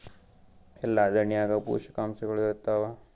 ಎಲ್ಲಾ ದಾಣ್ಯಾಗ ಪೋಷಕಾಂಶಗಳು ಇರತ್ತಾವ?